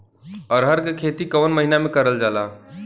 अरहर क खेती कवन महिना मे करल जाला?